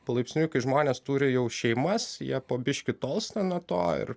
palaipsniui kai žmonės turi jau šeimas jie po biškį tolsta nuo to ir